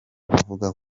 avuga